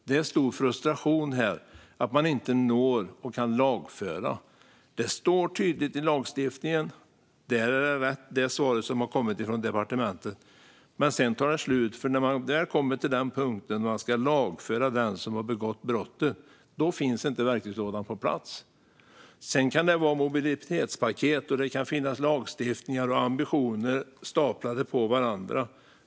Det finns en stor frustration över att man inte kan lagföra. Detta står tydligt i lagstiftningen. Det är svaret som har kommit från departementet. Men sedan tar det slut, för när man väl kommer till den punkt där man ska lagföra den som har begått brottet finns inte verktygslådan på plats. Sedan kan det finnas mobilitetspaket, lagstiftningar och ambitioner staplade på varandra.